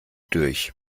durch